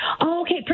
Okay